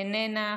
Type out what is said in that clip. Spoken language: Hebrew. איננה,